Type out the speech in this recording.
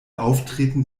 auftreten